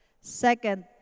Second